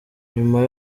nyuma